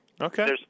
Okay